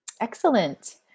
Excellent